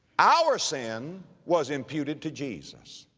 our sin was imputed to jesus.